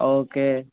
okay